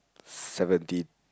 seventy